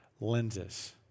lenses